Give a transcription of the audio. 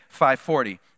5.40